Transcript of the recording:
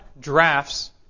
drafts